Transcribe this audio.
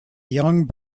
young